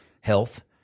health